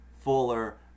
Fuller